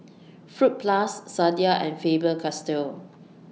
Fruit Plus Sadia and Faber Castell